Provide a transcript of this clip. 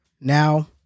now